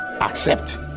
accept